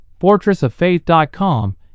fortressoffaith.com